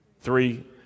Three